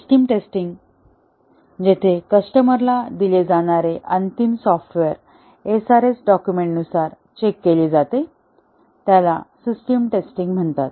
system testing जेथे customer ला दिले जाणारे अंतिम सॉफ्टवेअर SRS डॉक्युमेंट नुसार चेक केले जाते त्याला सिस्टम टेस्टिंग म्हणतात